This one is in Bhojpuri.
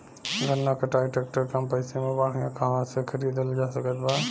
गन्ना कटाई ट्रैक्टर कम पैसे में बढ़िया कहवा से खरिदल जा सकत बा?